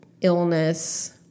illness